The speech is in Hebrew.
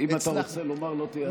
אם אתה רוצה לומר, לא תהיה הצבעה.